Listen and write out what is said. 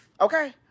Okay